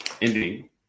Indeed